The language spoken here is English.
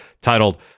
titled